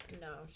No